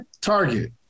target